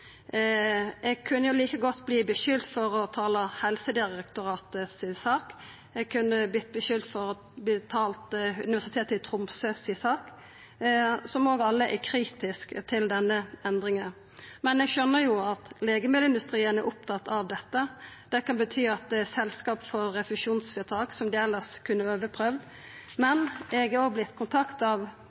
Eg kunne like godt vorte skulda for å tala Helsedirektoratet si sak og for å tala Universitetet i Tromsø si sak – dei er òg kritiske til denne endringa. Eg skjønar at legemiddelindustrien er opptatt av dette. Det kan bety at selskap får refusjonsvedtak som elles kunne vorte overprøvde. Men eg har òg vorte kontakta av